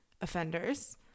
Offenders